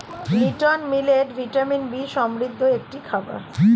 little millet vitamin B সমৃদ্ধ একটি খাবার